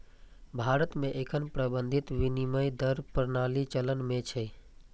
भारत मे एखन प्रबंधित विनिमय दर प्रणाली चलन मे छै